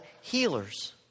healers